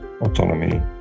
autonomy